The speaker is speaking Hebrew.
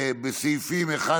לסעיפים 1